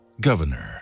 Governor